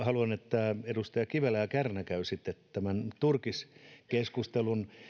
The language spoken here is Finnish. haluan että edustaja kivelä ja kärnä käyvät tämän turkiskeskustelun